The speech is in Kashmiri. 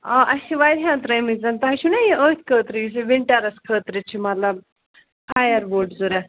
آ اَسہِ چھِ واریاہَن ترٛٲیمٕتۍ زَن تۄہہِ چھُو نا یہِ أتھۍ خٲطرٕ یُس یہِ وِنٹَرَس خٲطرٕ چھُ مطلب فایَر وُڈ ضوٚرَتھ